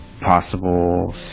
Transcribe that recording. possible